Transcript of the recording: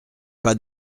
pas